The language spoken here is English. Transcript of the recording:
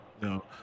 No